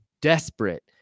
desperate